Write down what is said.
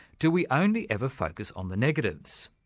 do we only ever focus on the negatives?